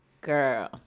Girl